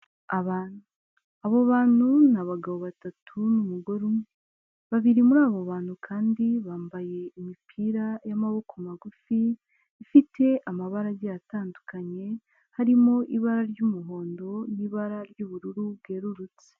Abantu abo bantu n'abagabo batatu n'umugore umwe, babiri muri abo bantu kandi bambaye imipira y'amaboko magufi ifite amabara agiye atandukanye harimo ibara ry'umuhondo n'ibara ry'ubururu bwerurutse.